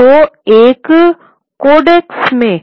तो एक कोडेक्स में